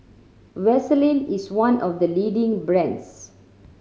Vaselin is one of the leading brands